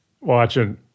watching